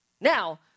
Now